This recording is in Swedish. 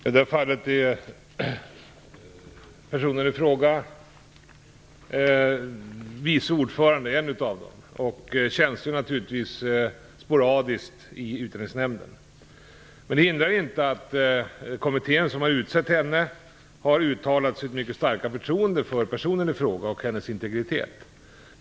Fru talman! I detta fall är personen en av de vice ordförandena och tjänstgör naturligtvis sporadiskt i Utlänningsnämnden. Det hindrar inte att kommittén som har utsett henne har uttalat sitt mycket starka förtroende för personen i fråga och för hennes integritet.